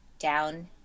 Down